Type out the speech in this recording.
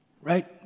Right